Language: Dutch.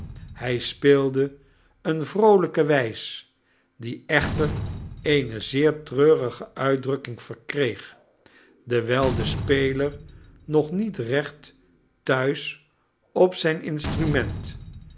hij speelde eene vroolijke wijs die echter eene zeer treurige uitdrukking verkreeg dewijl de speler nog niet recht thuis op zijn instrument